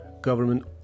government